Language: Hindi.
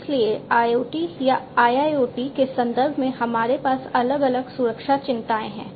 इसलिए IoT या IIoT के संदर्भ में हमारे पास अलग अलग सुरक्षा चिंताएं हैं